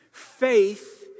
Faith